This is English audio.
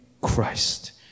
Christ